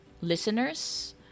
listeners